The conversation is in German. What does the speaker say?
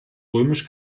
römisch